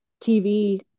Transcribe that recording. tv